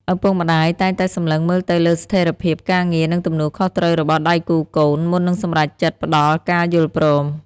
ឪពុកម្ដាយតែងតែសម្លឹងមើលទៅលើស្ថិរភាពការងារ និងទំនួលខុសត្រូវរបស់ដៃគូកូន មុននឹងសម្រេចចិត្តផ្ដល់ការយល់ព្រម។